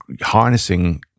harnessing